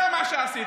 זה מה שעשית.